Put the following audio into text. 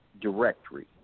directory